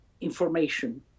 information